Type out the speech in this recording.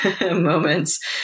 moments